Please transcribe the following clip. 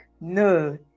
No